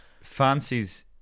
fancies